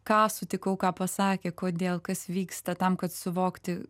ką sutikau ką pasakė kodėl kas vyksta tam kad suvokti